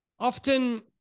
Often